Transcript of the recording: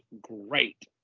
great